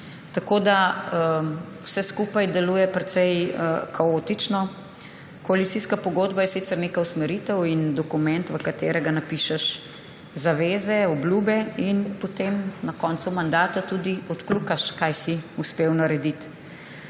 Tako da vse skupaj deluje precej kaotično. Koalicijska pogodba je sicer neka usmeritev in dokument, v katerega napišeš zaveze, obljube, in potem na koncu mandata tudi odkljukaš, kaj si uspel narediti.